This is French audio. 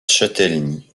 châtellenie